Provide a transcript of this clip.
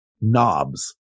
knobs